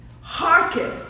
hearken